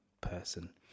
person